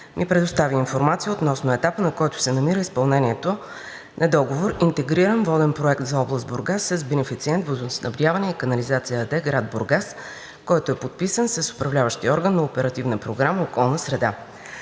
ни предостави информация относно етапа, на който се намира изпълнението на договор „Интегриран воден проект за област Бургас“ с бенефициенти „Водоснабдяване и канализация“ ЕАД –град Бургас, който е подписан с управляващия орган на Оперативна програма „Околна среда“.